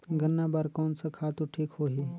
गन्ना बार कोन सा खातु ठीक होही?